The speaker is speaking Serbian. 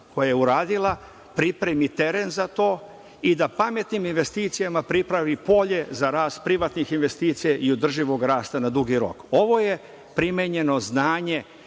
koje je uradila, pripremi teren za to i da pametnim investicijama pripremi polje za rast privatnih investicija i održivog rasta na dugi rok. Ovo je primenjeno znanje